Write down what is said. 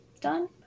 done